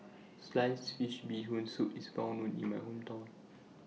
Sliced Fish Bee Hoon Soup IS Well known in My Hometown